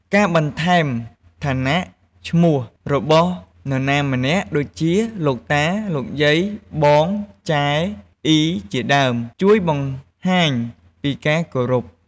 ការបន្ថែមឋានៈឈ្មោះរបស់នរណាម្នាក់ដូចជា លោកតា លោកយាយ បង ចែ អុី ជាដើម ជួយបង្ហាញពីការគោរព។